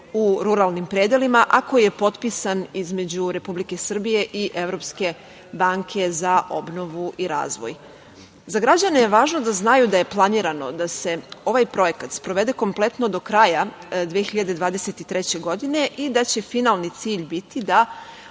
u ruralnim predelima, a koji je potpisan između Republike Srbije i Evropske banke za obnovu i razvoj.Za građane je važno da znaju da je planirano da se ovaj projekat sprovede kompletno do kraja 2023. godine i da će finalni cilj biti da